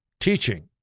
Teaching